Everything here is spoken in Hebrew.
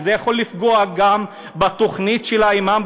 וזה יכול לפגוע גם בתוכנית של האימאם,